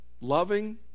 Loving